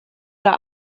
der